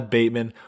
Bateman